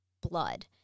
blood